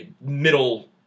middle